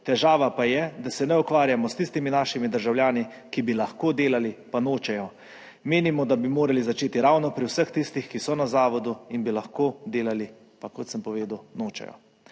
Težava pa je, da se ne ukvarjamo s tistimi našimi državljani, ki bi lahko delali, pa nočejo. Menimo, da bi morali začeti ravno pri vseh tistih, ki so na zavodu in bi lahko delali, pa kot sem povedal, nočejo.